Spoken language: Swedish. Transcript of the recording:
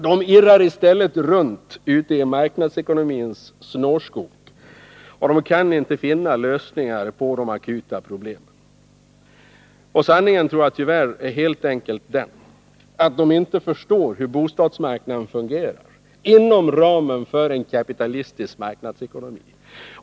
De irrar i stället runt i marknadsekonomins snårskog, och de kan inte finna lösningar på de akuta problemen. Sanningen tror jag tyvärr helt enkelt är den att de inte förstår hur bostadsmarknaden fungerar inom ramen för en kapitalistisk marknadsekonomi.